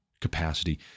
capacity